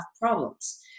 problems